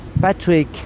Patrick